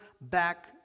back